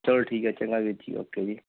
ਚਲੋ ਠੀਕ ਹੈ ਚੰਗਾ ਵੀਰ ਜੀ ਓਕੇ ਜੀ